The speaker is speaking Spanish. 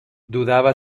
dudaba